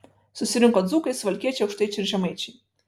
susirinko dzūkai suvalkiečiai aukštaičiai ir žemaičiai